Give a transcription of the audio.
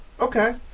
Okay